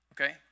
okay